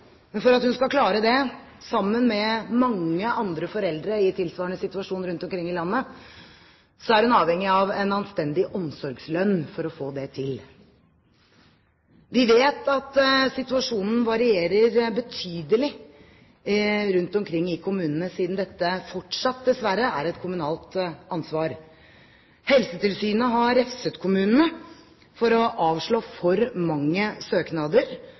Men for at hun skal klare det, som mange andre foreldre i tilsvarende situasjon rundt omkring i landet, er hun avhengig av en anstendig omsorgslønn for å få det til. Vi vet at situasjonen varierer betydelig rundt omkring i kommunene, siden dette fortsatt – dessverre – er et kommunalt ansvar. Helsetilsynet har refset kommunene for å avslå for mange søknader,